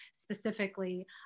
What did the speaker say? specifically